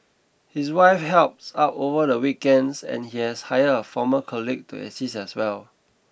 his wife helps out over the weekends and he has hired a former colleague to assist as well